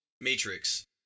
Matrix